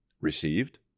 Received